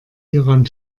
hieran